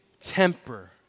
temper